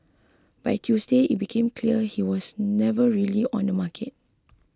by Tuesday it became clear he was never really on the market